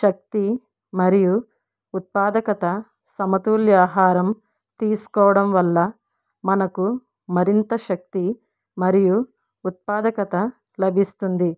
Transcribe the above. శక్తీ మరియు ఉత్పాదకత సమతుల్య ఆహరం తీసుకోవడం వల్ల మనకు మరింత శక్తీ మరియు ఉత్పాదకత లభిస్తుంది